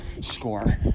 score